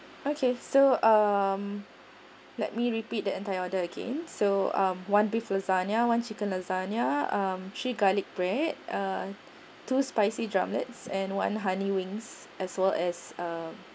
okay so um let me repeat the entire order again so um one beef lasagna one chicken lasagna um three garlic bread uh two spicy drumlets and one honey wings as well as uh